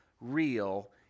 real